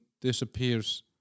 disappears